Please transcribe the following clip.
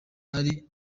ari